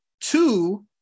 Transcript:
two